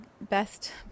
best